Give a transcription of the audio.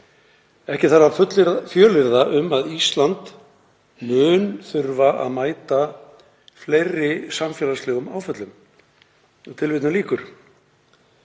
Ekki þarf að fjölyrða um að Ísland mun þurfa að mæta fleiri samfélagslegum áföllum.“ Við erum